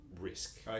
risk